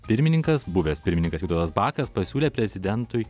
pirmininkas buvęs pirmininkas vytautas bakas pasiūlė prezidentui